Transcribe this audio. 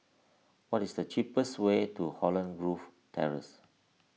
what is the cheapest way to Holland Grove Terrace